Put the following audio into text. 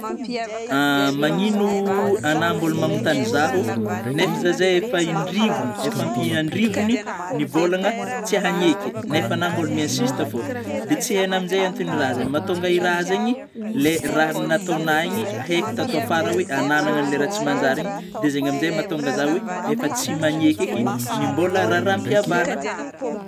Magnino anao mbôla magnotany zaho; nefa zaho zay efa in-drivony efa ampy an-drivony nivolagna tsia agneky nefa anao mbôla miensista fô, dia tsy haignao amin'izay anton'ny raha zeigny, mahatonga raha zegny lay raha nataonahy iny aiky tato afara oe agnanana ilay raha tsy manjary iny, dia zay amiin'izay mahatonga zaho oe efa tsy maneky eky ny mbola raharaham-piavagna.